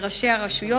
לראשי הרשויות,